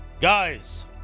Guys